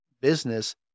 business